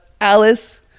Alice